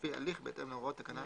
ולפי הליך בהתאם להוראות תקנה